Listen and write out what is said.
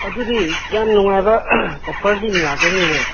ꯑꯗꯨꯗꯤ ꯌꯥꯝ ꯅꯨꯡꯉꯥꯏꯕ ꯑꯣꯐꯔꯁꯤꯡ ꯉꯥꯛꯇꯅꯤꯅꯦ